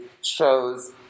Shows